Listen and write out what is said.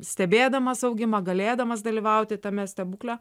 stebėdamas augimą galėdamas dalyvauti tame stebukle